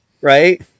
right